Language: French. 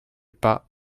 pas